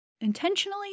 intentionally